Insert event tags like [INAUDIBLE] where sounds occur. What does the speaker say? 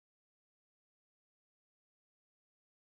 eh hello shirley chua ah what's your picture about [LAUGHS]